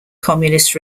communist